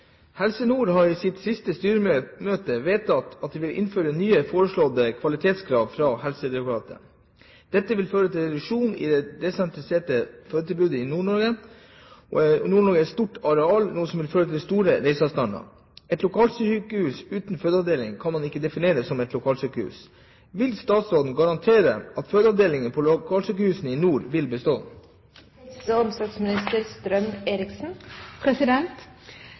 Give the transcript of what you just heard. reduksjon i det desentraliserte fødselstilbudet. Nord-Norge er stort i areal, noe som vil føre til store reiseavstander. Et lokalsykehus uten fødeavdeling kan man ikke definere som et lokalsykehus. Vil statsråden garantere at fødeavdelingene på lokalsykehusene i nord vil bestå?»